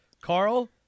Carl